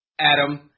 Adam